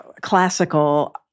classical